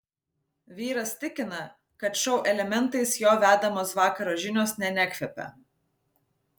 vyras tikina kad šou elementais jo vedamos vakaro žinios nė nekvepia